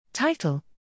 Title